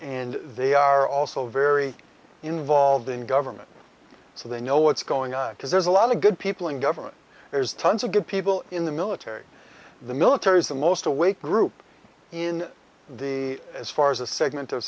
and they are also very involved in government so they know what's going on because there's a lot of good people in government there's tons of good people in the military the military is the most awake group in the as far as a segment of